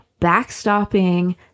backstopping